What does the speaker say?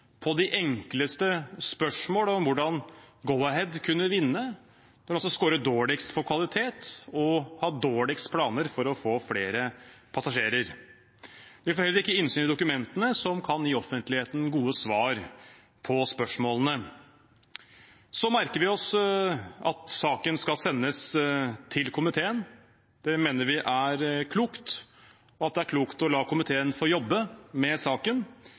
på de enkleste spørsmål – om hvordan Go-Ahead kunne vinne når de altså scorer dårligst på kvalitet og har dårligst planer for å få flere passasjerer. Vi får heller ikke innsyn i dokumentene som kan gi offentligheten gode svar på spørsmålene. Vi merker oss at saken skal sendes til komiteen. Det mener vi er klokt, og at det er klokt å la komiteen få jobbe med saken.